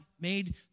made